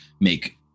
make